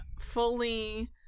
fully